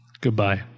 Goodbye